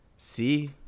See